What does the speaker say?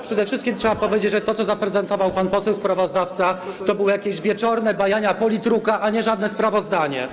Przede wszystkim trzeba powiedzieć, że to, co zaprezentował pan poseł sprawozdawca, to były jakieś wieczorne bajania politruka, a nie żadne sprawozdanie.